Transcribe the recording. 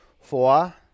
Four